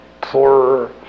poor